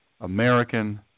American